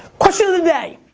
question of the day.